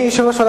יש לנו עוד